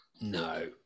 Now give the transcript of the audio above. No